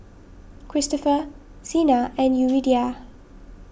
Christopher Zina and Yuridia